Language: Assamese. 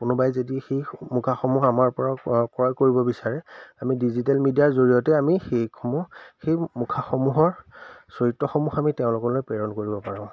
কোনোবাই যদি সেই মুখাসমূহ আমাৰপৰা ক্ৰয় কৰিব বিচাৰে আমি ডিজিটেল মিডিয়াৰ জৰিয়তে আমি সেইসমূহ সেই মুখাসমূহৰ চৰিত্ৰসমূহ আমি তেওঁলোকলৈ প্ৰেৰণ কৰিব পাৰোঁ